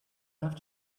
have